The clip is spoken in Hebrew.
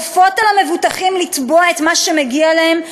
כופות על המבוטחים לתבוע את מה שמגיע להם,